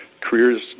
Careers